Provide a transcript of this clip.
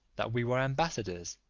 that we were ambassadors,